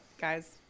guys